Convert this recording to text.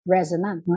Resonant